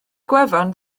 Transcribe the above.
gwefan